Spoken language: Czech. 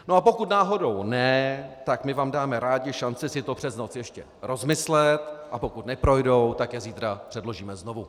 A pokud náhodou ne, tak my vám dáme rádi šanci si to přes noc ještě rozmyslet, a pokud neprojdou, tak je zítra předložíme znovu.